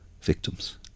Victims